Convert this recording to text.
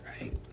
right